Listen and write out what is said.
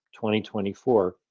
2024